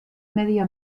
medio